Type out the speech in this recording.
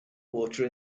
water